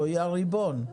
היא הריבון,